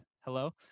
hello